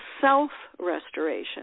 self-restoration